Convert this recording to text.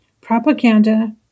Propaganda